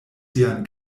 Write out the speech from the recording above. sian